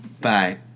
Bye